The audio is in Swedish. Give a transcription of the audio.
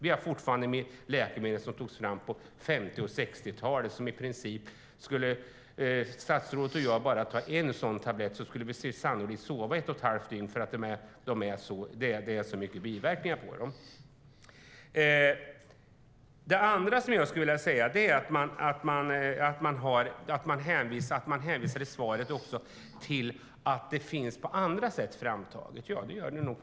Vi har fortfarande läkemedel som togs fram på 1950 och 1960-talen, och om statsrådet och jag bara tog en sådan tablett skulle vi sannolikt sova i ett och ett halvt dygn, för de har så mycket biverkningar. Det andra jag vill säga är man i svaret hänvisar till att detta på annat sätt finns framtaget. Så är det nog.